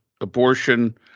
abortion